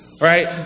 right